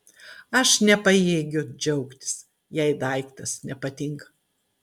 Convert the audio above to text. aš nepajėgiu džiaugtis jei daiktas nepatinka